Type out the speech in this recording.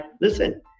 listen